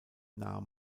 nahe